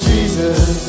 Jesus